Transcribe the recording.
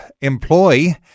employ